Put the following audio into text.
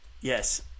Yes